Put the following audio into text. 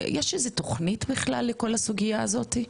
יש איזה תוכנית בכלל לכל הסוגייה הזאת?